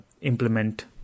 implement